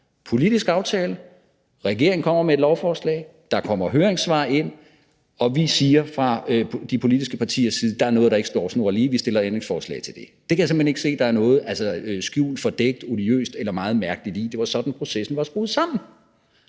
politisk aftale, regeringen kommer med et lovforslag, der kommer høringssvar ind, og vi siger fra de politiske partiers side, at der er noget, der ikke står snorlige, så vi stiller ændringsforslag til det. Det kan jeg simpelt hen ikke se der er noget skjult, fordækt, odiøst eller meget mærkeligt i. Det var sådan, processen var skruet sammen.